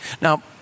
Now